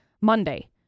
Monday